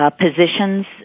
positions